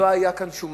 לא היתה כאן שומה.